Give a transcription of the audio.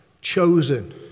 chosen